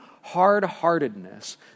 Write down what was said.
hard-heartedness